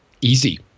Easy